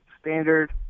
standard